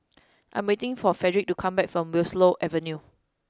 I am waiting for Fredrick to come back from Willow Avenue